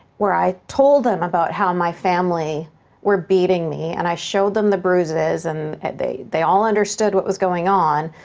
where i told them about how my family were beating me, and i showed them the bruises, and they they all understood what was going on,